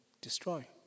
destroy